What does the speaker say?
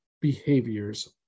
behaviors